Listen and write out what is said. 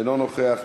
אינו נוכח,